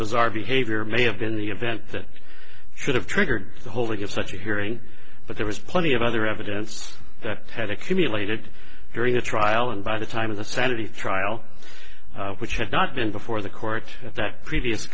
bizarre behavior may have been the event that could have triggered the holding of such a hearing but there was plenty of other evidence that had accumulated during the trial and by the time of the saturday trial which had not been before the court that previous